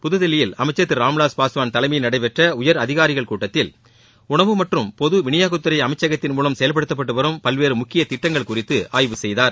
புதுதில்லியில் அமைச்சர் திரு ராம்விலாஸ் பாஸ்வான் தலைமையில் நடைபெற்ற உயர் அதிகாரிகள் கூட்டத்தில் உணவு மற்றும் பொது விநியோகத்துறை அமைச்சகத்தின் மூலம் செயல்படுத்தப்பட்டு வரும் பல்வேறு முக்கிய திட்டங்கள் குறித்து ஆய்வு செய்தார்